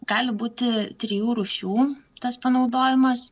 gali būti trijų rūšių tas panaudojimas